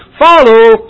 Follow